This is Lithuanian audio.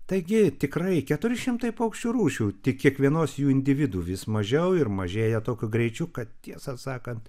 taigi tikrai keturi šimtai paukščių rūšių tik kiekvienos jų individų vis mažiau ir mažėja tokiu greičiu kad tiesą sakant